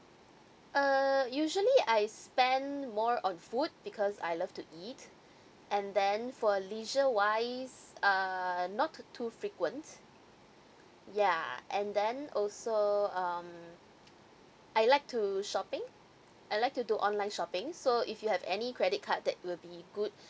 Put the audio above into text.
err usually I spend more on food because I love to eat and then for leisure wise err not to too frequent yeah and then also um I like to shopping I like to do online shopping so if you have any credit card that will be good